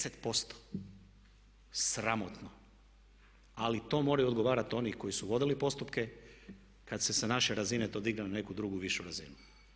10%, sramotno ali to moraju odgovarati oni koji su vodili postupke, kad se sa naše razine to digne na neku drugu višu razinu.